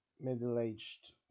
middle-aged